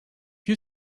you